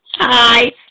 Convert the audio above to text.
Hi